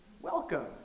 welcome